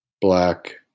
black